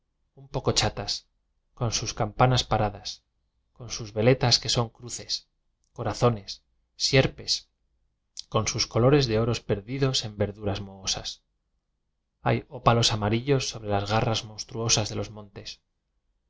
un poco chafas con sus campanas paradas con sus veletas que son cruces corazones sierpes con sus colores de oros perdidos en verduras mohosas hay ópalos ama rillos sobre las garras monstruosas de los montes